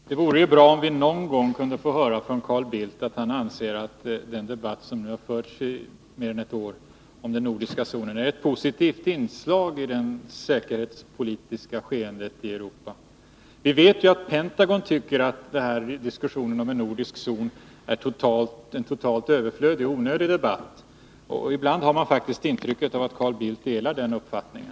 Herr talman! Det vore bra om vi någon gång kunde få höra från Carl Bildt att han anser att den debatt om den kärnvapenfria nordiska zonen som nu har förts i mer än ett år är ett positivt inslag i det säkerhetspolitiska skeendet i Europa. Vi vet att Pentagon tycker att denna diskussion om en nordisk zon är en onödig debatt. Ibland får man faktiskt det intrycket att Carl Bildt delar den uppfattningen.